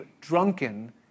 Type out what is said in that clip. drunken